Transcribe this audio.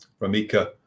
Ramika